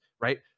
right